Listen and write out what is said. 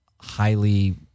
highly